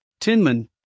tinman